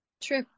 True